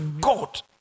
God